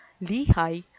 Lehigh